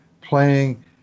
playing